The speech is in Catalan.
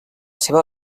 seva